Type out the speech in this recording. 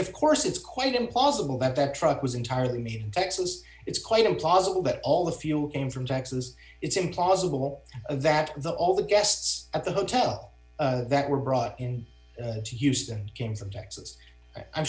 if course it's quite impossible that that truck was entirely me texas it's quite impossible that all the fuel came from texas it's implausible that the all the guests at the hotel that were brought in to houston came from texas i'm